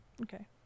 okay